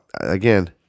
Again